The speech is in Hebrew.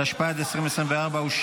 התשפ"ד 2024,